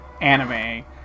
anime